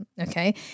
okay